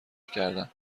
کردن